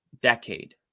decade